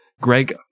Greg